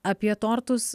apie tortus